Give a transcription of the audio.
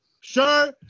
sure